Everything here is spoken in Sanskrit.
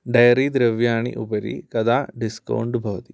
डैरी द्रव्याणि उपरि कदा डिस्कौण्ट् भवति